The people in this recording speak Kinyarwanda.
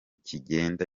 kigenda